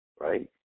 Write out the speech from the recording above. Right